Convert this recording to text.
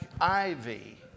ivy